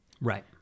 Right